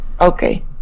Okay